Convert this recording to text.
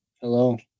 Hello